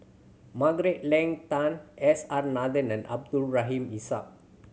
Margaret Leng Tan S R Nathan and Abdul Rahim Ishak